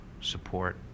support